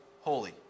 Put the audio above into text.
holy